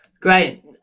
Great